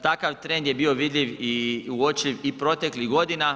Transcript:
Takav trend je bio vidljiv i uočljiv i proteklih godina.